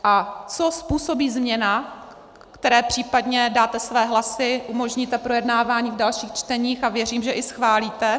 A co způsobí změna, které případně dáte své hlasy, umožníte projednávání v dalších čteních a věřím, že i schválíte?